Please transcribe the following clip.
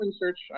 research